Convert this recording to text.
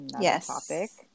Yes